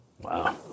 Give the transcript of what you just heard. Wow